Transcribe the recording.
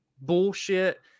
bullshit